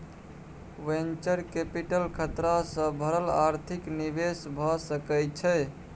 venture capital खतरा सँ भरल आर्थिक निवेश भए सकइ छइ